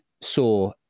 saw